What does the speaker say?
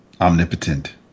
omnipotent